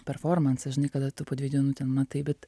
performansą žinai kada tu po dviejų dienų ten matai bet